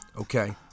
Okay